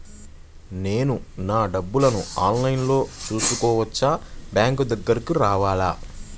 నేను నా డబ్బులను ఆన్లైన్లో చేసుకోవచ్చా? బ్యాంక్ దగ్గరకు రావాలా?